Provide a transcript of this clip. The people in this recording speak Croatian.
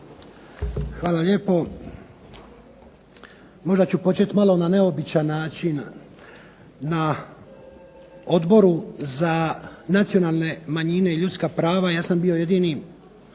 Hvala lijepo. Možda ću počet malo na neobičan način. Na Odboru za nacionalne manjine i ljudska prava ja sam bio jedini